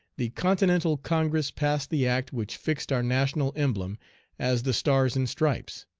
the continental congress passed the act which fixed our national emblem as the stars and stripes.